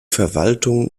verwaltung